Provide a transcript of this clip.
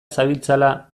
zabiltzala